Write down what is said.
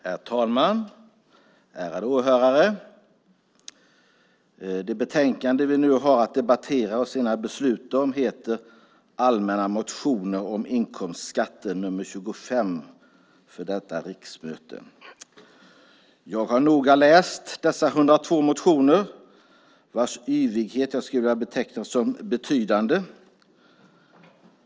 Herr talman! Ärade åhörare! Det betänkande vi nu har att debattera och senare besluta om heter Allmänna motioner om inkomstskatter . Det är skatteutskottets betänkande nr 25 för detta riksmöte. Jag har noga läst dessa 102 motioner vilkas yvighet jag skulle vilja beteckna som betydande.